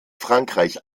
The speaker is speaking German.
frankreich